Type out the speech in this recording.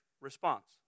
response